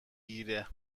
گیره